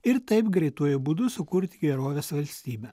ir taip greituoju būdu sukurti gerovės valstybę